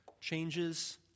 changes